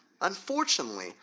Unfortunately